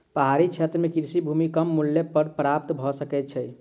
पहाड़ी क्षेत्र में कृषि भूमि कम मूल्य पर प्राप्त भ सकै छै